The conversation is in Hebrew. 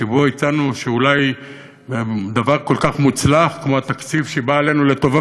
שבו הצענו שאולי דבר כל כך מוצלח כמו התקציב שבא עלינו לטובה,